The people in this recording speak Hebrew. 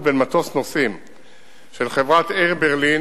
בין מטוס נוסעים של חברת "אייר ברלין"